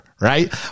right